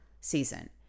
season